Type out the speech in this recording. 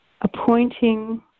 appointing